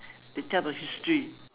they tell about history